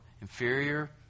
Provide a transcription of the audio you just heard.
inferior